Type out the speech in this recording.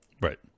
Right